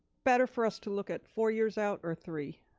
better for us to look at four years out or three?